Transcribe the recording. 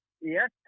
Yes